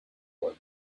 were